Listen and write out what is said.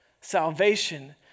salvation